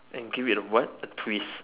and give it a what a twist